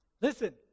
Listen